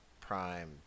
prime